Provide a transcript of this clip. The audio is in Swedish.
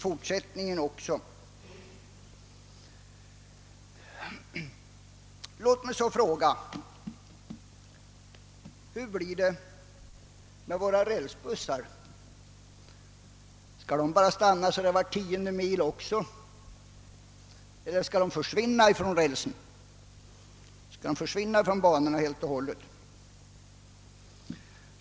Låt mig sedan fråga: Hur blir det med våra rälsbussar? Skall de bara stanna omkring var tionde mil eller skall de försvinna från banorna helt och hållet?